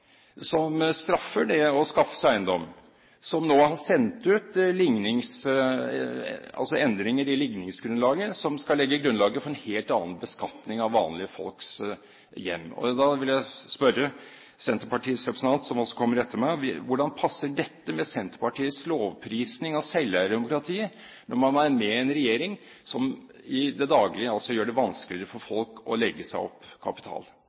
som straffer det å skaffe seg eiendom, og som nå har sendt ut endringer i ligningsgrunnlaget som skal legge grunnlaget for en helt annen beskatning av vanlige folks hjem. Da vil jeg spørre Senterpartiets representant som kommer etter meg: Hvordan passer dette med Senterpartiets lovprisning av selveierdemokratiet, når man er med i en regjering som i det daglige gjør det vanskeligere for folk å legge seg opp kapital?